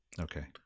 Okay